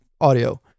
audio